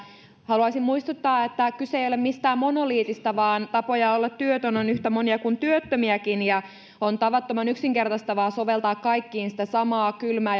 haluaisin muistuttaa että kyse ei ole mistään monoliitista vaan tapoja olla työtön on yhtä monia kuin on työttömiäkin on tavattoman yksinkertaistavaa soveltaa kaikkiin sitä samaa kylmää